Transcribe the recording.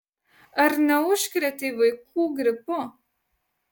ar neužkrėtei vaikų gripu